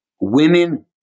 women